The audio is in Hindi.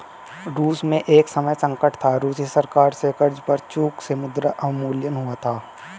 रूस में एक समय संकट था, रूसी सरकार से कर्ज पर चूक से मुद्रा अवमूल्यन हुआ था